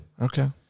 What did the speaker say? Okay